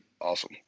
Awesome